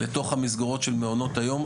לתוך המסגרות של מעונות היום,